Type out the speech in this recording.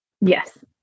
Yes